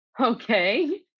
Okay